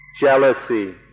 jealousy